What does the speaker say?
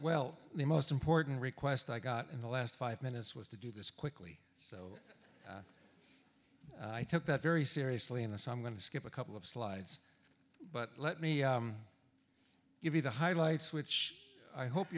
well the most important request i got in the last five minutes was to do this quickly so i took that very seriously in this i'm going to skip a couple of slides but let me give you the highlights which i hope